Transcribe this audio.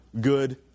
good